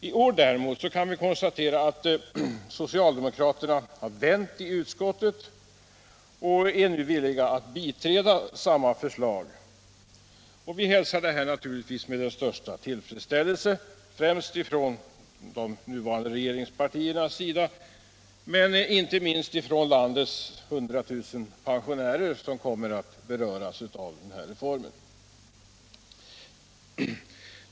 I år däremot kan vi konstatera att socialdemokraterna har vänt i utskottet och nu är villiga att biträda samma förslag. De nuvarande regeringspartierna hälsar naturligtvis det med största tillfredsställelse, men inte minst välkomnas det av landets 100 000 pensionärer, som kommer att beröras av denna reform.